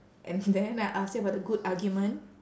and then I ask you about the good argument